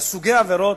על סוגי העבירות,